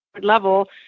level